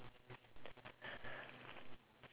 iya hopefully